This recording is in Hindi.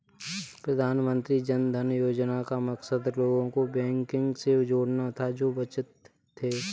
प्रधानमंत्री जन धन योजना का मकसद लोगों को बैंकिंग से जोड़ना था जो वंचित थे